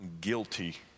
guilty